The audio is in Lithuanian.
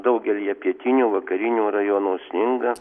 daugelyje pietinių vakarinių rajonų sninga